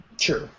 Sure